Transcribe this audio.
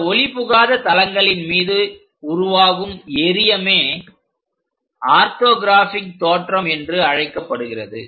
இந்த ஒளி புகாத தளங்களின் மீது உருவாகும் எறியமே ஆர்த்தோகிராஃபிக் தோற்றம் என்று அழைக்கப்படுகிறது